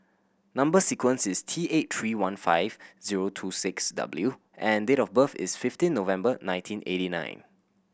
number sequence is T eight three one five zero two six W and date of birth is fifteen November nineteen eighty nine